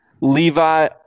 Levi